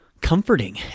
comforting